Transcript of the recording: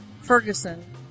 Ferguson